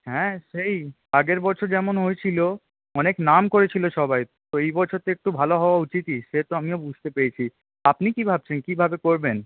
হ্যাঁ সেই আগের বছর যেমন হয়েছিল অনেক নাম করেছিল সবাই তো এই বছর তো একটু ভালো হওয়া উচিতই সে তো আমিও বুঝতে পেরেছি আপনি কি ভাবছেন কীভাবে করবেন